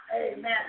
Amen